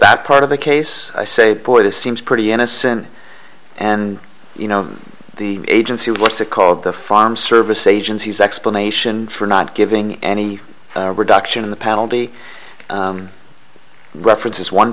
that part of the case i say point it seems pretty innocent and you know the agency what's it called the farm service agencies explanation for not giving any reduction in the penalty references one